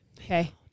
okay